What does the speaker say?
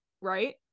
right